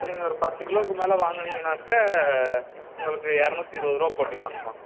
இப்போ நீங்கள் ஒரு பத்து கிலோவுக்கு மேலே வாங்குனீங்கன்னாக்க உங்களுக்கு இரநூத்தி இருபதுரூவா போட்டுக்கலாங்கம்மா